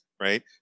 right